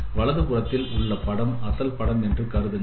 வலது புறத்தில் உள்ள படம் அசல் படம் என்று கருதுங்கள்